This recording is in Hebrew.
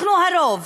אנחנו הרוב,